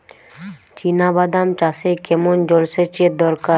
চিনাবাদাম চাষে কেমন জলসেচের দরকার?